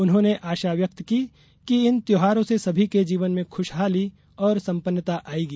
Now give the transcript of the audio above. उन्होंने आशा व्यक्त की कि इन त्यौहारों से सभी के जीवन में खुशहाली और संपन्नता आएगी